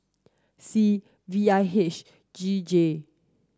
see V I H G J